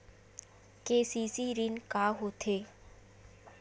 KCC ऋण का होथे?